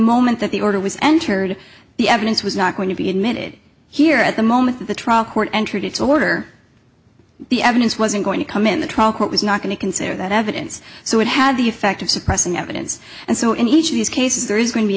moment that the order was entered the evidence was not going to be admitted here at the moment the trial court entered its order the evidence wasn't going to come in the trial court was not going to consider that evidence so it had the effect of suppressing evidence and so in each of these cases there is going to be